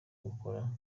gukora